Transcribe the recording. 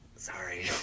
sorry